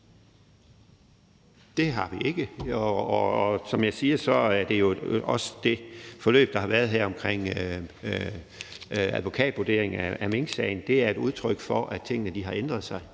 Det har vi ikke. Og som jeg siger, er det forløb, der har været her omkring advokatvurderingen af minksagen, også et udtryk for, at tingene har ændret sig